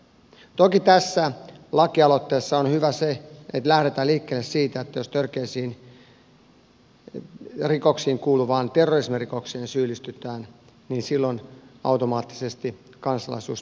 toki tässä lakialoitteessa on hyvää se että lähdetään liikkeelle siitä että jos törkeisiin rikoksiin kuuluvaan terrorismirikokseen syyllistytään niin silloin automaattisesti kansalaisuus poistetaan